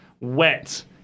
wet